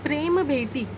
प्रेमभेटी